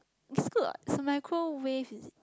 it's good what it's a microwave is it